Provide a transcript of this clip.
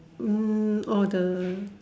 mm all the